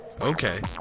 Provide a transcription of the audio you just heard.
Okay